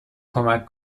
کمک